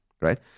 right